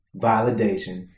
validation